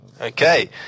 Okay